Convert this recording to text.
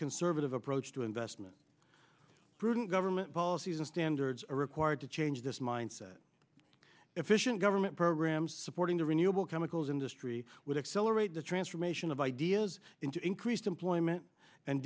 conservative approach to investment prudent government policies and standards are required to change this mindset efficient government programs supporting the renewable chemicals industry will accelerate the transformation of ideas into increased employment and